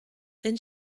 then